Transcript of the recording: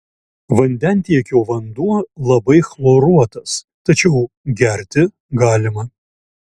vandentiekio vanduo labai chloruotas tačiau gerti galima